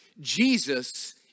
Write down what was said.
Jesus